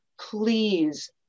please